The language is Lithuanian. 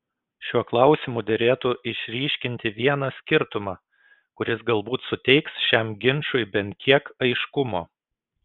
šiuo klausimu derėtų išryškinti vieną skirtumą kuris galbūt suteiks šiam ginčui bent kiek aiškumo